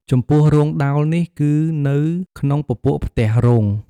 ចំពោះ រោងដោលនេះគឺនៅក្នុងពពួកផ្ទះ “រោង”។